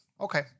Okay